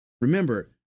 Remember